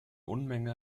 unmenge